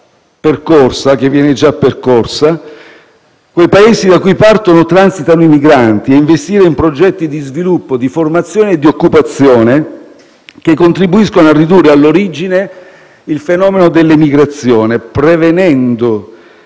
direzione che viene già percorsa, da cui partono e transitano i migranti, e investire in progetti di sviluppo, di formazione e di occupazione, che contribuiscano a ridurre all'origine il fenomeno dell'emigrazione, prevenendo